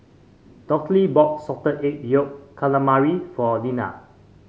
Dorthey bought Salted Egg Yolk Calamari for Liller